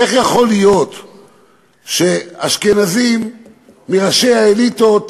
איך יכול להיות שאשכנזים מראשי האליטות,